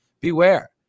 Beware